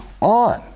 on